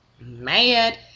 mad